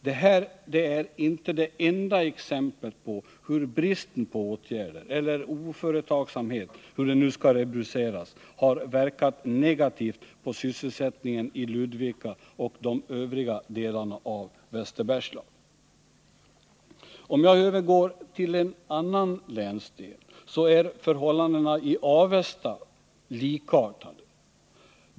Detta är inte det enda exemplet på hur bristen på åtgärder eller oföretagsamhet — hur det nu skall rubriceras — har verkat negativt på sysselsättningen i Ludvika och de övriga delarna av Västerbergslagen. För att nu övergå till en annan länsdel vill jag säga att förhållandena i Avesta är likartade.